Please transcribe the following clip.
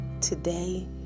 today